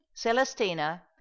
Celestina